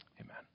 Amen